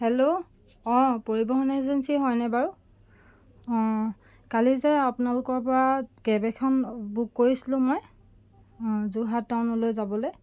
hello অঁ পৰিৱহণ agency হয়নে বাৰু অঁ কালি যে আপোনালোকৰ পৰা কেব এখন বুক কৰিছিলোঁ মই যোৰহাট টাউনলৈ যাবলৈ